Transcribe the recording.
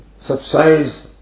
subsides